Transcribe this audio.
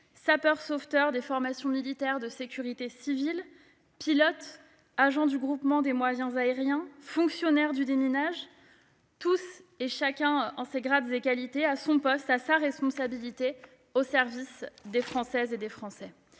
sapeurs-sauveteurs des formations militaires de la sécurité civile, pilotes et agents du groupement des moyens aériens, fonctionnaires du déminage- chacun, en son grade et qualité, à son poste et à sa responsabilité, au service des Françaises et des Français.